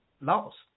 lost